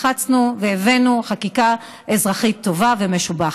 לחצנו והבאנו חקיקה אזרחית טובה ומשובחת.